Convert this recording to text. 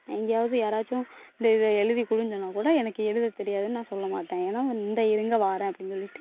எங்கேயாவது யாராச்சும் இந்த இதை எழுதி கொடுன்னு சொன்னால் கூட எனக்கு எழுத தெரியாதுன்னு நான் சொல்ல மாட்டேன் ஏன்னா இந்த இருங்க வாரே அப்படின்னு சொல்லிவிட்டு